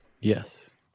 Yes